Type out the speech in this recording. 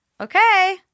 Okay